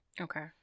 Okay